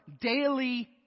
daily